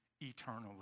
eternally